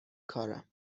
کارم